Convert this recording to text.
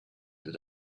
that